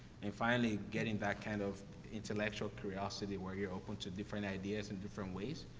and finally, getting that kind of intellectual curiosity where you're open to different ideas and different ways,